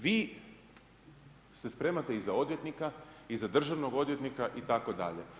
Vi se spremate i za odvjetnika i za državnog odvjetnika itd.